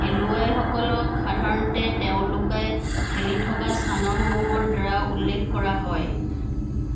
খেলুৱৈসকলক সাধাৰণতে তেওঁলোকে খেলি থকা স্থানসমূহৰ দ্বাৰা উল্লেখ কৰা হয়